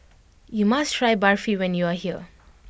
you must try Barfi when you are here